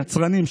יצרנים,